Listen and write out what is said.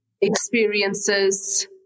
experiences